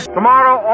Tomorrow